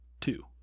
Two